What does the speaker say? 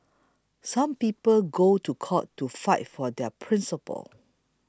some people go to court to fight for their principles